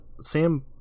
Sam